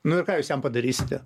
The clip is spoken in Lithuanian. nu ir ką jūs jam padarysite